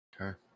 Okay